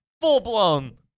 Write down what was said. full-blown